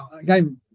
Again